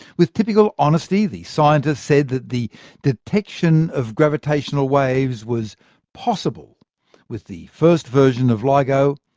with typical honesty, the scientists said that the detection of gravitational waves was possible with the first version of ligo,